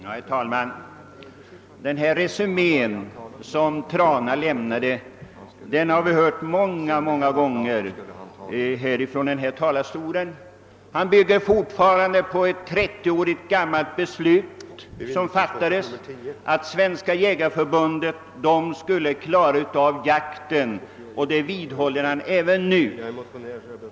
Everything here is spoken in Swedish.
Herr talman! Den resumé som herr Trana kimnade har vi hört många gånger från denna talarstol. Han hänvisar ånyo till ett 30 år gammalt beslut om att Svenska jägareförbundet utövar ledningen av jaktvårdsarbetet.